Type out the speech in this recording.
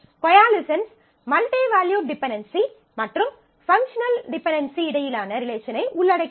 coalescence multivalued dependency மற்றும் functional dependency இடையிலான ரிலேஷனை உள்ளடக்கியது